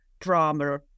drama